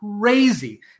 crazy